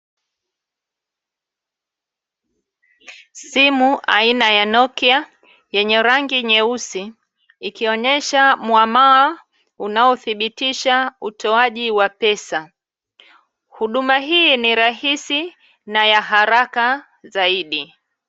Simu aina ya Nokia yenye rangi nyeusi, ikionesha muamala unaothibitisha utoaji wa pesa, huduma hii ni rahisi na ya haraka zaidi.